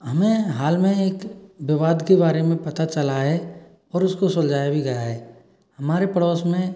हमें हाल में एक विवाद के बारे में पता चला है और उसको सुलझाया भी गया है हमारे पड़ोस में